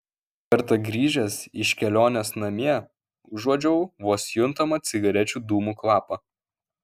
kartą grįžęs iš kelionės namie užuodžiau vos juntamą cigarečių dūmų kvapą